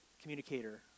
communicator